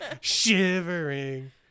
Shivering